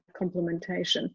complementation